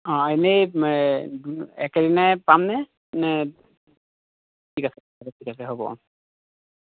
অঁ এনেই একেদিনাই পাম নে নে ঠিক আছে ঠিক আছে হ'ব অঁ